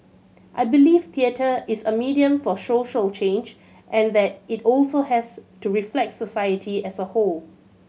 I believe theatre is a medium for social change and that it also has to reflect society as a whole